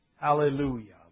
Hallelujah